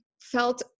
felt